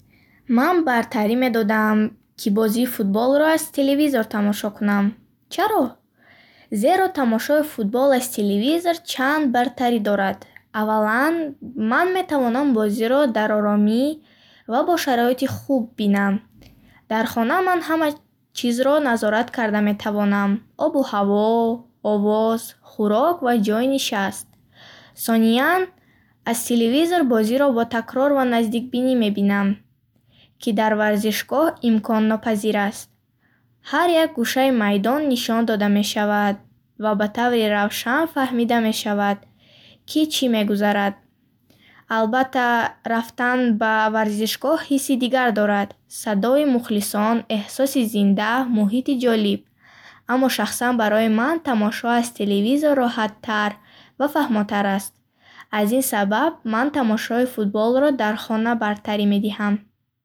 Ман бартарӣ медодам, ки бозии футболро аз телевизор тамошо кунам. Чаро? Зеро тамошои футбол аз телевизор чанд бартарӣ дорад. Аввалан, ман метавонам бозиро дар оромӣ ва бо шароити хуб бинам. Дар хона ман ҳама чизро назорат карда метавонам: обу ҳаво, овоз, хӯрок ва ҷойи нишаст. Сониян, аз телевизор бозиро бо такрор ва наздикбинӣ мебинам, ки дар варзишгоҳ имконнопазир аст. Ҳар як гӯшаи майдон нишон дода мешавад ва ба таври равшан фаҳмида мешавад, ки чӣ мегузарад. Албатта, рафтан ба варзишгоҳ ҳисси дигар дорад. Садои мухлисон, эҳсоси зинда, муҳити ҷолиб. Аммо шахсан барои ман тамошо аз телевизор роҳаттар ва фаҳмотар аст. Аз ин сабаб ман тамошои футболро дар хона бартарӣ медиҳам.